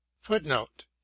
Footnote